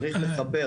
צריך לחבר.